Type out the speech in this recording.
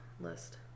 list